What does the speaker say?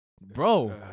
bro